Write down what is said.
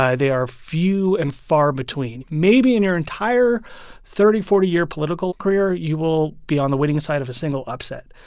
they are few and far between. maybe in your entire thirty, forty year political career, you will be on the winning side of a single upset.